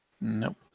nope